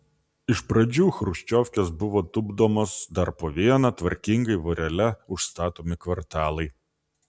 iš pradžių chruščiovkės buvo tupdomos dar po vieną tvarkingai vorele užstatomi kvartalai